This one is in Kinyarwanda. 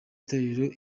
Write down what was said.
itorero